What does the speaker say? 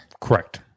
Correct